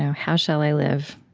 how shall i live?